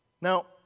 Now